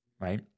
right